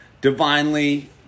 Divinely